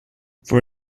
for